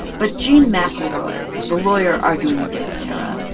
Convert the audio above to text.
but jean mcelroy, the lawyer arguing against tarra,